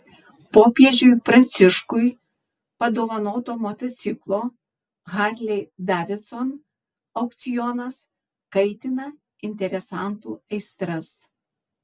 popiežiui pranciškui padovanoto motociklo harley davidson aukcionas kaitina interesantų aistras